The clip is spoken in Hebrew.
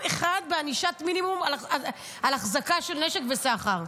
אחד בענישת מינימום על החזקה של נשק וסחר,